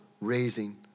raising